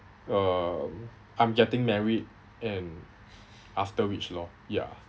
um I'm getting married and after which lor ya